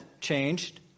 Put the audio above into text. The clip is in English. changed